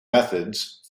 methods